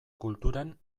kulturan